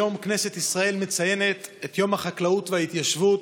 היום כנסת ישראל מציינת את יום החקלאות וההתיישבות.